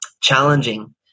challenging